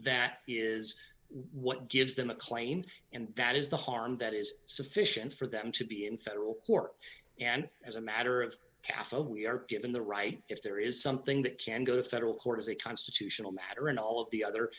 that is what gives them a claim and that is the harm that is sufficient for them to be in federal court and as a matter of kaffir we are given the right if there is something that can go to federal court as a constitutional matter and all of the other